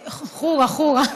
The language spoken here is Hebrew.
חורה, חורה.